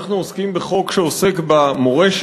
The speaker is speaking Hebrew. אנחנו עוסקים בחוק שעוסק במורשת,